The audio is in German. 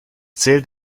zählt